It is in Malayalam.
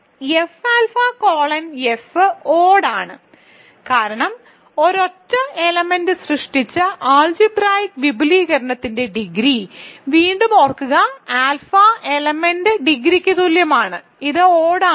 F alpha colon F odd ആണ് കാരണം ഒരൊറ്റ എലമെന്റ് സൃഷ്ടിച്ച അൾജിബ്രായിക്ക് വിപുലീകരണത്തിന്റെ ഡിഗ്രി വീണ്ടും ഓർക്കുക ആൽഫ എലമെന്റിന്റെ ഡിഗ്രിക്ക് തുല്യമാണ് ഇത് ഓഡ് ആണ്